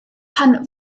pan